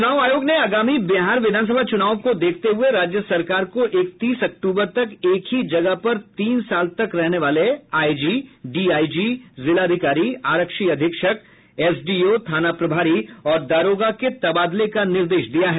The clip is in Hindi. चुनाव आयोग ने आगामी बिहार विधानसभा चुनाव के देखते हुये राज्य सरकार को इकतीस अक्टूबर तक एक ही जगह पर तीन साल तक रहने वाले आईजी डीआईजी जिलाधिकारी आरक्षी अधीक्षक एसडीओ थाना प्रभारी और दारोगा के तबादले का निर्देश दिया है